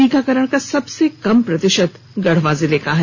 टीकाकरण का सबसे कम प्रतिशत गढ़वा जिले का है